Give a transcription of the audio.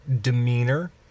demeanor